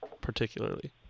particularly